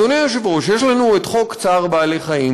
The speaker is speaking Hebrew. אדוני היושב-ראש, יש לנו חוק צער בעלי-חיים.